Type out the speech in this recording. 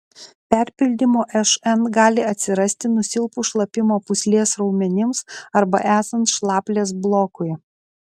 perpildymo šn gali atsirasti nusilpus šlapimo pūslės raumenims arba esant šlaplės blokui